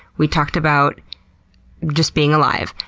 we talked about just being alive.